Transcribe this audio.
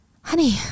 Honey